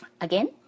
again